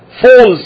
falls